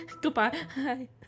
Goodbye